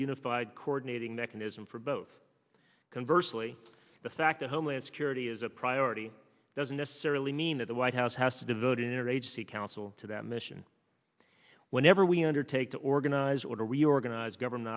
unified coordinating mechanism for both converse lee the fact that homeland security is a priority doesn't necessarily mean that the white house has to devote interagency council to that mission whenever we undertake to organize or to reorganize government